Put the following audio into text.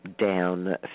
down